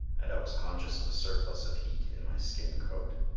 and i was conscious of a surplus of heat in my skin coat.